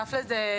בנוסף לזה,